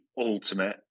ultimate